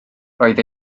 roedd